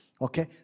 Okay